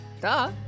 Duh